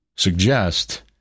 suggest